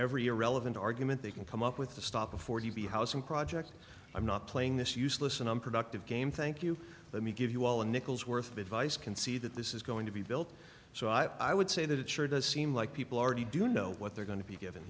every irrelevant argument they can come up with to stop a forty b housing project i'm not playing this useless and unproductive game thank you let me give you all a nickel's worth of advice can see that this is going to be built so i would say that it sure does seem like people already do know what they're going to be given